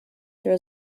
there